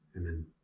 Amen